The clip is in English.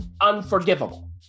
unforgivable